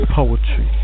Poetry